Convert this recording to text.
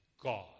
God